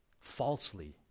falsely